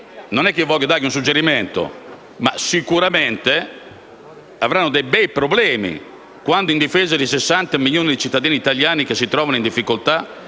non che voglia dare loro un suggerimento - avranno dei bei problemi quando, in difesa di 60 milioni di cittadini italiani che si trovano in difficoltà